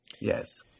Yes